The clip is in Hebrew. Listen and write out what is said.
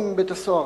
אם בית-הסוהר,